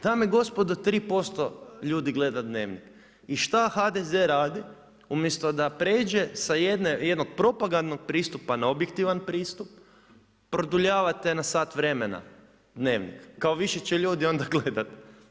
Dame i gospodo 3% ljudi gleda Dnevnik i šta HDZ radi, umjesto da pređe s jednog propagandnog pristupa na objektivan pristup produljavate na sat vremena Dnevnik, kao više će ljudi onda gledat.